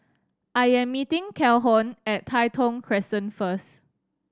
I am meeting Calhoun at Tai Thong Crescent first